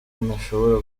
ntashobora